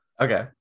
Okay